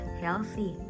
healthy